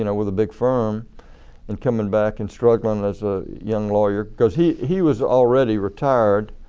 you know with a big firm and coming back and struggling as a young lawyer because he he was already retired.